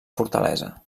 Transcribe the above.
fortalesa